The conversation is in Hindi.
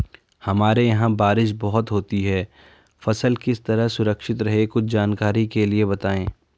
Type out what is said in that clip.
हमारे यहाँ बारिश बहुत होती है फसल किस तरह सुरक्षित रहे कुछ जानकारी के लिए बताएँ?